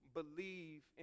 believe